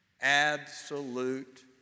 absolute